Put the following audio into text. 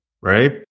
right